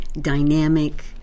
dynamic